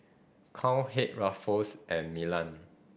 Cowhead Ruffles and Milan